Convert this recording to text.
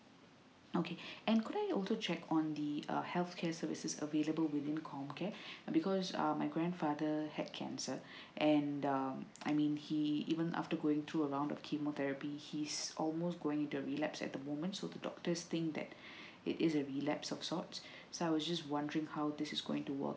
okay and could I also check on the uh healthcare services available within com care because um my grandfather had cancer and um I mean he even after going through along the chemotherapy he's almost going into relapse at the moment so the doctors thinks that it is a relapse or sorts so I was just wondering how this is going to work